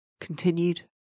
continued